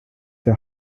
der